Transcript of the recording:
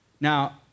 Now